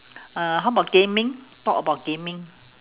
uh how about gaming talk about gaming